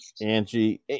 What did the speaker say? angie